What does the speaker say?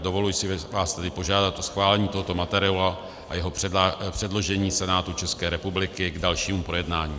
Dovoluji si vás tedy požádat o schválení tohoto materiálu a jeho předložení Senátu České republiky k dalšímu projednání.